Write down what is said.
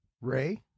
Ray